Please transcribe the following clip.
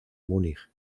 múnich